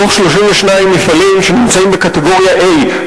מתוך 32 מפעלים שנמצאים בקטגוריה A,